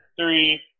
three